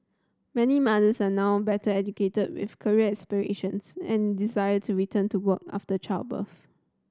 many mothers are now better educated with career aspirations and desire to return to work after childbirth